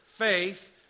faith